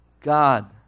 God